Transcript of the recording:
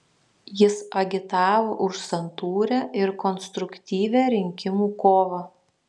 jis agitavo už santūrią ir konstruktyvią rinkimų kovą